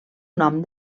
nom